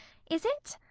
is it?